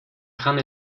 kann